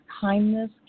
kindness